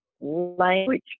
language